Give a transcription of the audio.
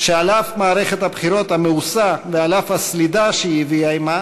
שעל אף מערכת הבחירות המאוסה ועל אף הסלידה שהיא הביאה עמה,